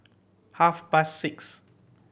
half past six